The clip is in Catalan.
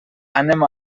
anem